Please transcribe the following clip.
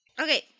Okay